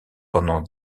pendant